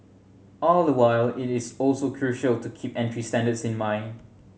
all the while it is also crucial to keep entry standards in mind